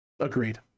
Agreed